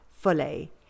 fully